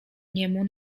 niemu